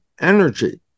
Energy